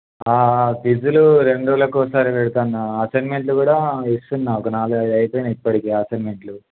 క్విజ్జులు రెండు రోజులకు ఒకసారి పెడతున్నాను అసైన్మెంట్లు కూడా ఇస్తున్నాను ఒక నాలుగైదు అయిపోయినాయి ఇప్పటికే అసైన్మెంట్లు